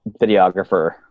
videographer